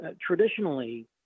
traditionally